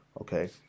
Okay